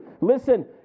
Listen